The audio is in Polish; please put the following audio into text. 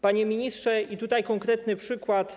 Panie ministrze, podam konkretny przykład.